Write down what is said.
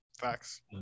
Facts